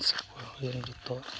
ᱥᱟᱠᱣᱟ ᱦᱩᱭᱮᱱ ᱡᱚᱛᱚᱣᱟᱜ